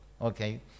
okay